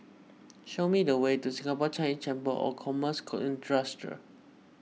show me the way to Singapore Chinese Chamber of Commerce and Industry